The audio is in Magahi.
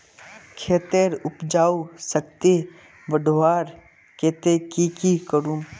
खेतेर उपजाऊ शक्ति बढ़वार केते की की करूम?